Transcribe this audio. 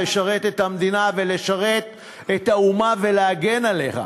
לשרת את המדינה ולשרת את האומה ולהגן עליה.